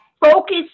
focus